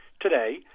today